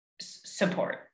support